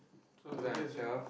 so I guess in